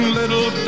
little